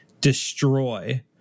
destroy